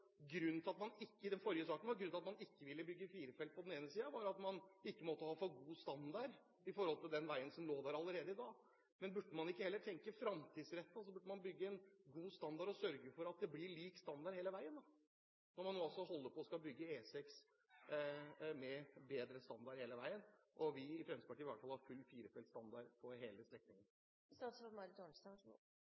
den forrige saken var grunnen til at man ikke ville bygge firefelts vei at man ikke måtte ha for god standard i forhold til den veien som er der allerede i dag. Men burde man ikke heller være framtidsrettet og bygge god standard, sørge for at det blir lik standard hele veien, når man nå skal bygge E6 med bedre standard? Vi i Fremskrittspartiet vil i hvert fall ha full firefelts standard på hele strekningen. For meg virker det som om Fremskrittspartiet ikke er i stand til å glede seg over den utbyggingen vi nå faktisk foreslår, som vil bli gjennomført, og som er en god